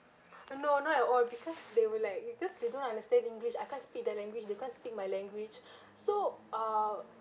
uh no not at all because they were like it's just they don't understand english I can't speak their language they can't speak my language so ah